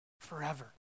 forever